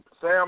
Sam